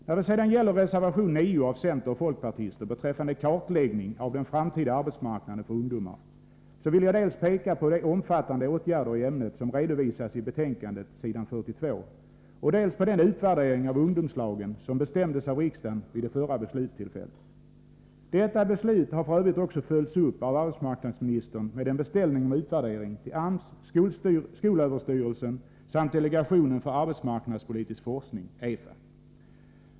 När det sedan gäller reservation 9 av centeroch folkpartister beträffande kartläggning av den framtida arbetsmarknaden för ungdomar vill jag peka dels på de omfattande åtgärder i ämnet som redovisas på s. 42i betänkandet, dels på den utvärdering av ungdomslagen som bestämdes av riksdagen vid det förra beslutstillfället. Detta beslut har f. ö. följts upp av arbetsmarknadsministern med en beställning om utvärdering till AMS, skolöverstyrelsen och delegationen för arbetsmarknadspolitisk forskning, EFA.